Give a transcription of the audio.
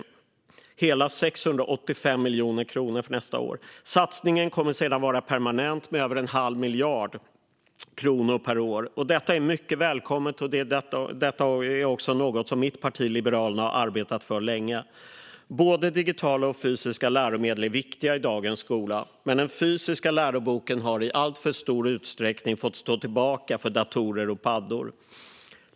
Det är hela 685 miljoner kronor för nästa år. Satsningen kommer sedan att vara permanent med över en halv miljard kronor per år. Detta är mycket välkommet. Det är något som mitt parti Liberalerna har arbetat för länge. Både digitala och fysiska läromedel är viktiga i dagens skola, men den fysiska läroboken har i alltför stor utsträckning fått stå tillbaka för datorer och paddor.